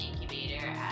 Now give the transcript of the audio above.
incubator